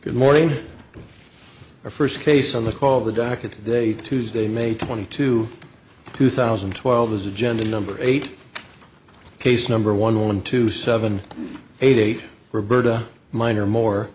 good morning or first case of the call the docket day tuesday may twenty two two thousand and twelve is agenda number eight case number one on two seven eight eight roberta lighter more